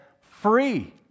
free